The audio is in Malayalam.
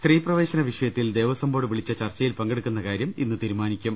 സ്ത്രീപ്രവേശന വിഷയത്തിൽ ദേവസം ബോർഡ് വിളിച്ച ചർച്ചയിൽ പങ്കെടുക്കുന്ന കാര്യം ഇന്ന് തീരുമാനിക്കും